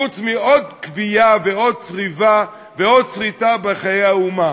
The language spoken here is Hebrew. חוץ מעוד כווייה ועוד צריבה ועוד סריטה בחיי האומה.